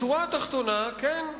בשורה התחתונה, כן,